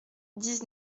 dix